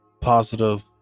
positive